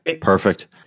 perfect